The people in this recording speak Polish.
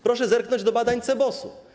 Proszę zerknąć do badań CBOS.